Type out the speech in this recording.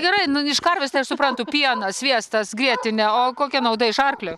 tai gerai na iš karvės tai suprantu pienas sviestas grietinė o kokia nauda iš arklio